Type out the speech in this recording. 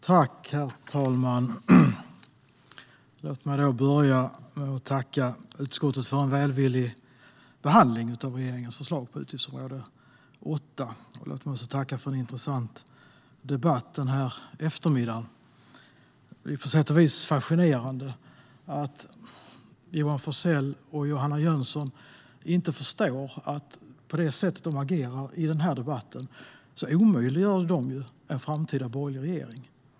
Herr talman! Låt mig börja med att tacka utskottet för en välvillig behandling av regeringens förslag på utgiftsområde 8. Låt mig också tacka för en intressant debatt under eftermiddagen. Det är på sätt och vis fascinerande att Johan Forssell och Johanna Jönsson inte förstår att de med det sätt som de agerar i debatten omöjliggör en framtida borgerlig regering.